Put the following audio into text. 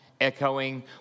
echoing